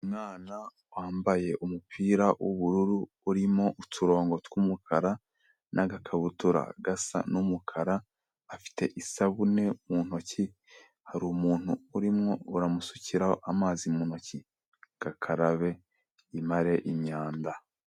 Umwana wambaye umupira w'ubururu urimo uturongo tw'umukara n'agakabutura gasa n'umukara, afite isabune mu ntoki, hari umuntu urimo uramusukiraho amazi mu ntoki ngo akarabe yimare imyanda.